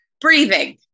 breathing